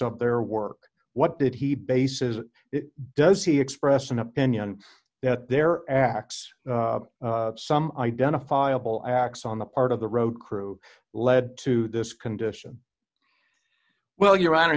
of their work what did he bases does he express an opinion that there acts some identifiable acts on the part of the road crew led to this condition well your honor